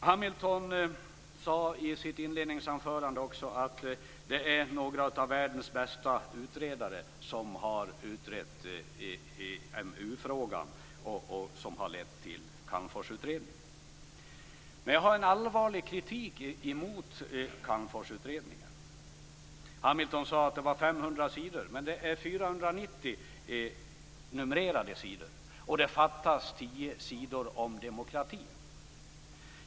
Hamilton sade också i sitt inledningsanförande att några av världens bästa utredare har utrett EMU frågan, vilket har lett till Calmforsutredningen. Men jag har en allvarlig kritik att rikta mot Calmforsutredningen. Hamilton sade att den innehöll 500 sidor, men det är 490 numrerade sidor, och det fattas tio sidor om demokratin.